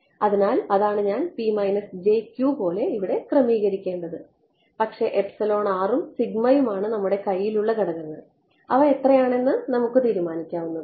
അതിനാൽ അതാണ് ഞാൻ പോലെ ഇവിടെ ക്രമീകരിക്കേണ്ടത് പക്ഷേ ഉം ഉം ആണ് നമ്മുടെ കൈയിലുള്ള ഘടകങ്ങൾ അവ എത്രയാണെന്ന് നമുക്ക് തീരുമാനിക്കാവുന്നതാണ്